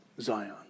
Zion